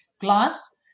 glass